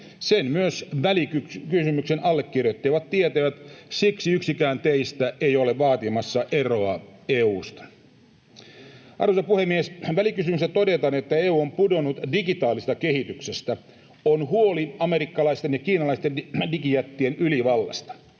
Sen myös välikysymyksen allekirjoittajat tietävät. Siksi yksikään teistä ei ole vaatimassa eroa EU:sta. Arvoisa puhemies! Välikysymyksessä todetaan, että EU on pudonnut digitaalisesta kehityksestä. On huoli amerikkalaisten ja kiinalaisten digijättien ylivallasta.